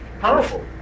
powerful